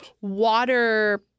water